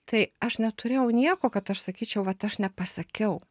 tai aš neturėjau nieko kad aš sakyčiau vat aš nepasakiau